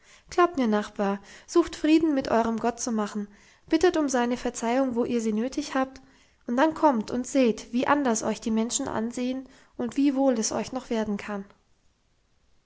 glaubt mir nachbar sucht frieden mit eurem gott zu machen bittet um seine verzeihung wo ihr sie nötig habt und dann kommt und seht wie anders euch die menschen ansehen und wie wohl es euch noch werden kann